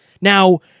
Now